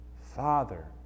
Father